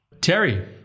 Terry